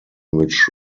which